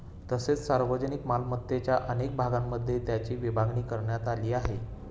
तसेच सार्वजनिक मालमत्तेच्या अनेक भागांमध्ये त्याची विभागणी करण्यात आली आहे